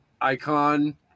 Icon